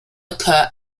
occur